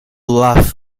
laugh